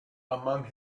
among